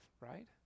right